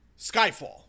Skyfall